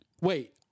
Wait